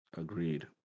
agreed